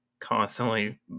constantly